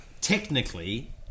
technically